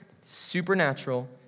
supernatural